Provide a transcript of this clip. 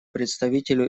представителю